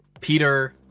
Peter